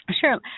Sure